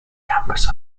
campus